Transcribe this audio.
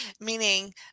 meaning